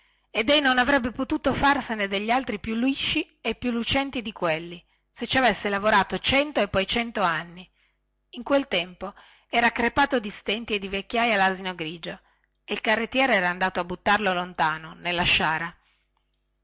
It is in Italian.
ed ei non avrebbe potuto farsene degli altri più lisci e lucenti di quelli se ci avesse lavorato cento e poi cento anni in quel tempo era crepato di stenti e di vecchiaia lasino grigio e il carrettiere era andato a buttarlo lontano nella sciara